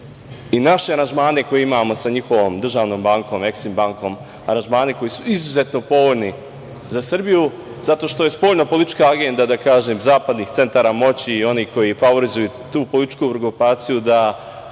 i naše aranžmane koje imamo sa njihovom državnom bankom "Eksim" bankom, aranžmane koji su izuzetno povoljni za Srbiju, zato što je spoljnopolitička agenda, da kažem, zapadnih centara moći i onih koji favorizuju tu političku grupaciju da